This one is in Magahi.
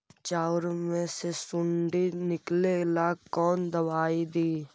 चाउर में से सुंडी निकले ला कौन दवाई दी?